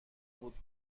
بود